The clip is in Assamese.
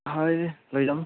হয় দে লৈ যাম